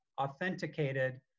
authenticated